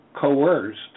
coerced